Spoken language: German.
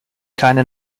keine